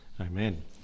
Amen